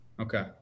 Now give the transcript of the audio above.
Okay